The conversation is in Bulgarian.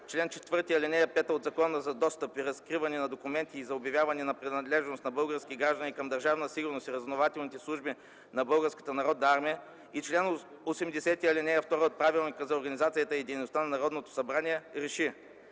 чл. 4, ал. 5 от Закона за достъп и разкриване на документите и за обявяване на принадлежност на български граждани към Държавна сигурност и разузнавателните служби на Българската народна армия и чл. 80, ал. 2 от Правилника за организацията и дейността на Народното събрание РЕШИ: